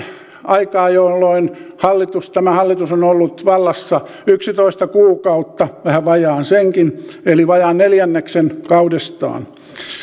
aikaa jolloin tämä hallitus on ollut vallassa yksitoista kuukautta vähän vajaan senkin eli vajaan neljänneksen kaudestaan